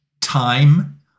time